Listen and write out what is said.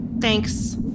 Thanks